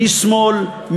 מי שמאל,